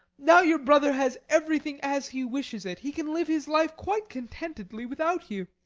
now your brother has everything as he wishes it. he can live his life quite contentedly without you.